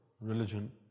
religion